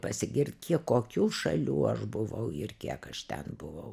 pasigirt kiek kokių šalių aš buvau ir kiek aš ten buvau